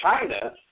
China